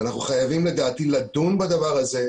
אנחנו חייבים לדעתי לדון בדבר הזה,